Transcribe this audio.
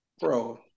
Bro